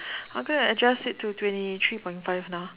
I'm gonna adjust it to twenty three point five now